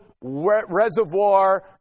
reservoir